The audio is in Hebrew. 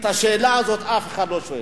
את השאלה הזאת אף אחד לא שואל.